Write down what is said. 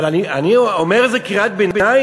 אבל אני אומר את זה כקריאת ביניים.